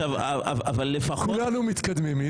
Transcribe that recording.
כולנו מתקדמים.